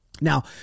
Now